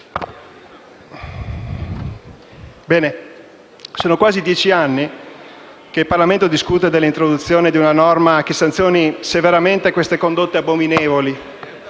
seguente. Sono quasi dieci anni che il Parlamento discute dell'introduzione di una norma che sanzioni severamente condotte abominevoli